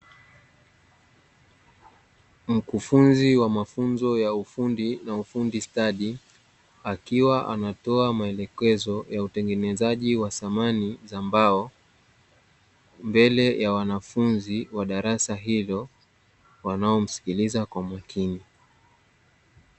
Mkufunzi wa mafunzo ya ufundi na ufundi stadi, akiwa anatoa maelekezo ya utengenezaji wa samani za mbao, mbele ya wanafunzi wa darasa hilo wanaomsikiliza kwa makini.